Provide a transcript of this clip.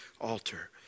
altar